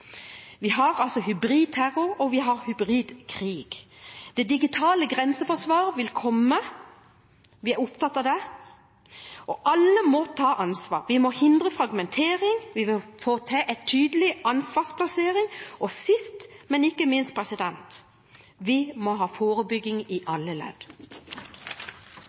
Vi har hybrid terror, og vi har hybrid krig. Det digitale grenseforsvaret vil komme. Vi er opptatt av det, og alle må ta ansvar. Vi må hindre fragmentering, vi må få til en tydelig ansvarsplassering. Og sist, men ikke minst: Vi må ha forebygging i alle ledd.